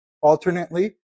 alternately